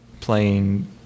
playing